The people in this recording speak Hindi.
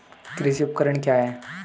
कृषि उपकरण क्या है?